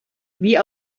wie